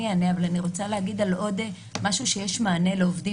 מי שלא רוצה לקבל את השירותים מהבנק,